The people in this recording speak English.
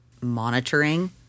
monitoring